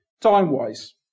time-wise